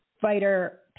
fighter